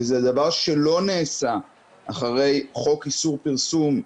וזה דבר שלא נעשה אחרי חוק איסור פרסום,